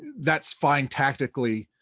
that's fine tactically,